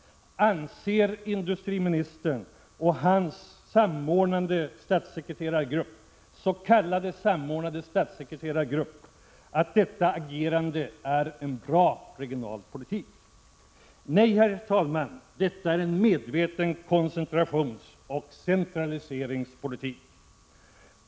Anser industriministern att hans och de s.k. samordnande statssekreterarnas agerande är bra regionalpolitik? Nej, herr talman! Detta är medveten koncentrationsoch centraliseringspolitik!